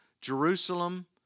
Jerusalem